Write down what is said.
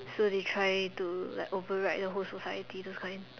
so they try to like override the whole society those kind